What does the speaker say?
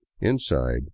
Inside